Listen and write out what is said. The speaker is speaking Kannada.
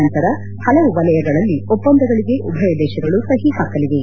ನಂತರ ಹಲವು ವಲಯಗಳಲ್ಲಿ ಒಪ್ಸಂದಗಳಿಗೆ ಉಭಯ ದೇಶಗಳು ಸಹಿ ಹಾಕಲಿವೆ